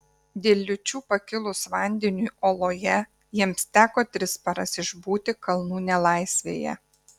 dėl liūčių pakilus vandeniui oloje jiems teko tris paras išbūti kalnų nelaisvėje